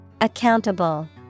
Accountable